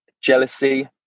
jealousy